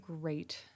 great